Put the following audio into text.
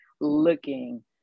looking